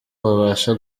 babasha